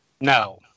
No